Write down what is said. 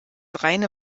reine